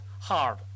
hard